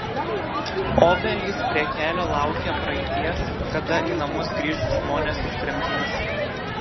obelys prie kelio laukia praeities kada į namus grįš žmonės iš tremties